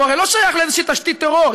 הוא הרי לא שייך לאיזושהי תשתית טרור,